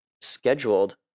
scheduled